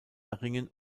erringen